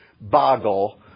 boggle